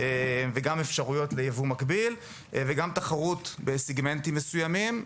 גם אפשרויות לייבוא מקביל וגם תחרות בסגמנטים מסוימים.